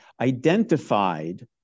identified